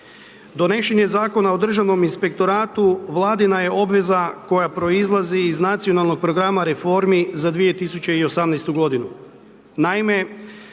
Donošenje je Zakon o državnom inspektoratu, Vladina je obveza koja proizlazi iz Nacionalnog programa reformi za 2018. godinu.